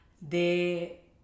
de